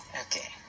Okay